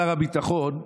שר הביטחון,